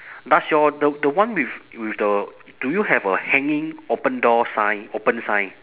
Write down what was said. does your the the one with with the do you have a hanging open door sign open sign